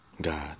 God